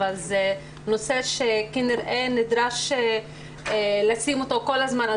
אבל זה נושא שכנראה נדרש לשים אותו כל הזמן על